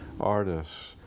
artists